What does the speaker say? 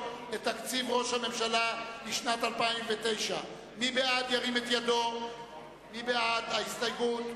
לתקציב משרד ראש הממשלה לשנת 2009. נא להצביע.